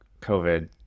COVID